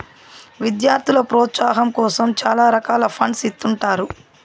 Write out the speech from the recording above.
విద్యార్థుల ప్రోత్సాహాం కోసం చాలా రకాల ఫండ్స్ ఇత్తుంటారు